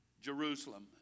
Jerusalem